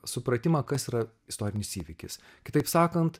supratimą kas yra istorinis įvykis kitaip sakant